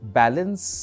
balance